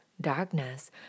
darkness